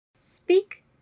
Speak